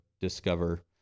discover